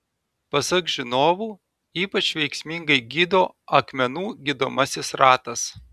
pasak žinovų ypač veiksmingai gydo akmenų gydomasis ratas